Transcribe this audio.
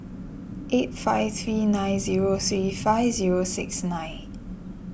eight five three nine zero three five zero six nine